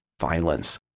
violence